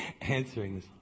answering